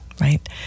right